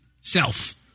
Self